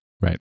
Right